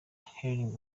healing